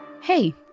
Hey